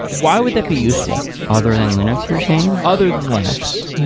why would that be useful? other than linux, you're saying? other than linux.